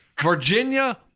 Virginia